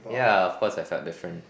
yeah of course I felt different